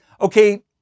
okay